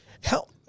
help